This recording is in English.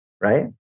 right